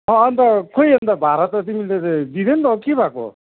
अन्त खोई अन्त भाडा त तिमीले त दिँदैनौ त के भएको हो